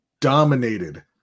Dominated